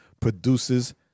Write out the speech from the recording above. produces